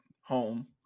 home